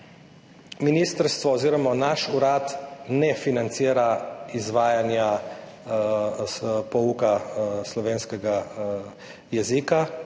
Ministrstvo oziroma naš urad ne financira izvajanja pouka slovenskega jezika